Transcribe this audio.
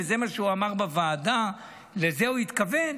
וזה מה שהוא אמר בוועדה ולזה הוא התכוון: